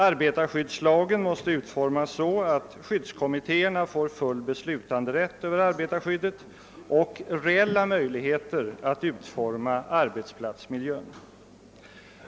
Arbetarskyddslagen måste utformas så, att skyddskommittéerna får full beslutanderätt över arbetarskyddet och reella möjligheter att utforma arbetsplatsmiljön.